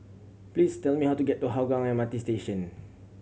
please tell me how to get to Hougang M R T Station